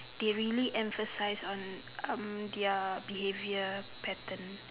they really emphasise on um their behaviour pattern